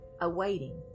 awaiting